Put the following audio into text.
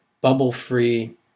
bubble-free